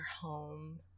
home